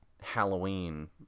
Halloween